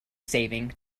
saving